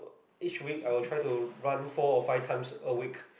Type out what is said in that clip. each week I will try to run four or five times a week